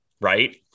Right